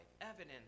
Evidence